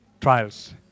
trials